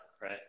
right